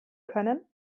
können